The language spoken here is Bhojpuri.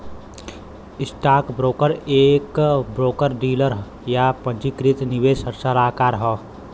स्टॉकब्रोकर एक ब्रोकर डीलर, या पंजीकृत निवेश सलाहकार हौ